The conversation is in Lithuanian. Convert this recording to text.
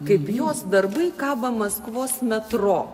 kaip jos darbai kabo maskvos metro